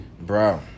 Bro